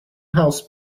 house